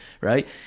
right